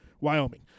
Wyoming